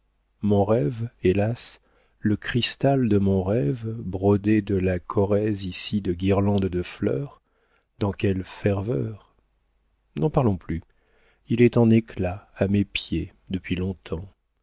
mon rêve hélas le cristal de mon rêve brodé de la corrèze ici de guirlandes de fleurs dans quelle ferveur n'en parlons plus il est en éclats à mes pieds depuis longtemps